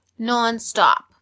nonstop